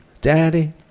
Daddy